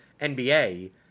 NBA